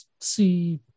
see